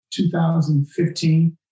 2015